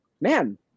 man